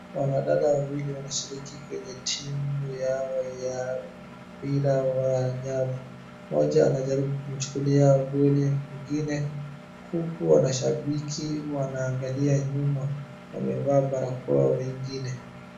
Wanadada wawili wanashiriki kwenye timu yao ya mpira wa nyavu. Mmoja anajaribu kumchukulia voli mwingine, huku wanashabiki wanaangalia nyuma, wamevaa barakoa wengine.